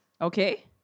okay